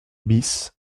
bis